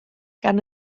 gan